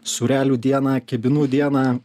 sūrelių dieną kibinų dieną